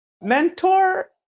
Mentor